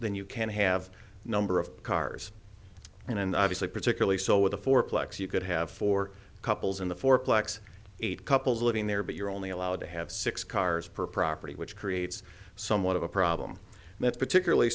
than you can have a number of cars and obviously particularly so with the fourplex you could have four couples in the fourplex eight couples living there but you're only allowed to have six cars per property which creates somewhat of a problem that's particularly